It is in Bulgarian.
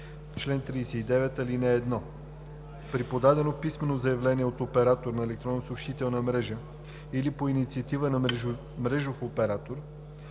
чл. 39: „Чл. 39. (1) При подадено писмено заявление от оператор на електронна съобщителна мрежа или по инициатива на мрежов оператор,